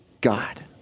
God